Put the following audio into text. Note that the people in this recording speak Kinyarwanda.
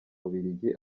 bubiligi